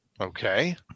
Okay